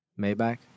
Maybach